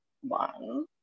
one